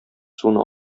суны